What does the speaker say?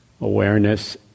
Awareness